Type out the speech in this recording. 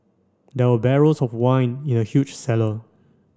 there were barrels of wine in a huge cellar